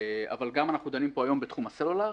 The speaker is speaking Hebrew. אבל אנחנו דנים פה היום גם בתחום הסלולר,